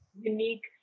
unique